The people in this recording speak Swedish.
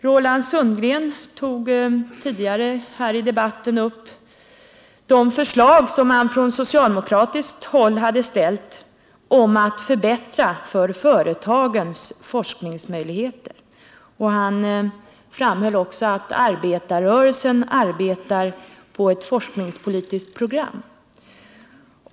Roland Sundgren tog tidigare här i debatten upp de förslag som man från socialdemokratiskt håll hade ställt om att förbättra företagens forskningsmöjligheter, och han framhöll också att arbetarrörelsen arbetar på ett forskningspolitiskt program.